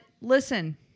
listen